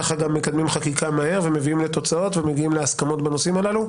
ככה גם מקדמים חקיקה מהר ומביאים לתוצאות ומגיעים להסכמות בנושאים הללו,